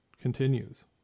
continues